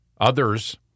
Others